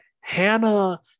Hannah